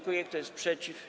Kto jest przeciw?